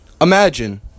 Imagine